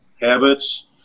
habits